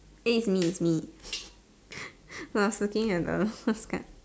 eh it's me it's me I was looking at the last card